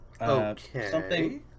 Okay